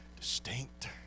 distinct